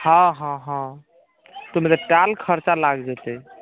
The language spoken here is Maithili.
हँ हँ हँ तऽ ओहिमे तऽ टाल खर्चा लागि जेतै